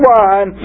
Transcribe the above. one